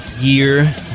year